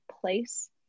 place